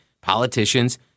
politicians